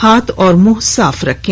हाथ और मुंह साफ रखें